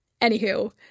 Anywho